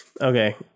Okay